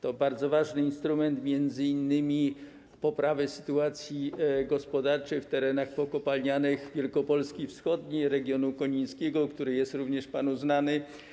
To bardzo ważny instrument m.in. poprawy sytuacji gospodarczej na terenach pokopalnianych wschodniej Wielkopolski, regionu konińskiego, który jest również panu znany.